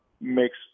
makes